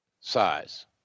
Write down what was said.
size